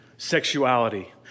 sexuality